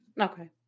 Okay